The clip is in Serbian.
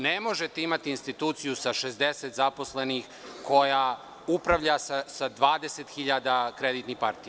Ne možete imati instituciju sa 60 zaposlenih koja upravlja sa 20 hiljada kreditnih partija.